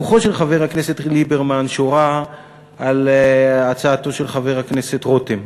רוחו של חבר הכנסת ליברמן שורה על הצעתו של חבר הכנסת רותם.